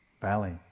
valley